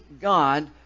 God